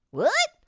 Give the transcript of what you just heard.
what?